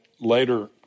later